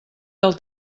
del